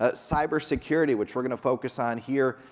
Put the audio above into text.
ah cybersecurity which we're gonna focus on here